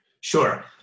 Sure